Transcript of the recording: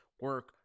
Work